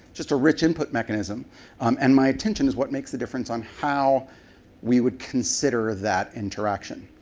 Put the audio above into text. just a rich input mechanism um and my attention is what makes a difference on how we would consider that interaction.